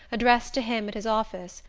addressed to him at his office,